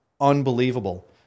unbelievable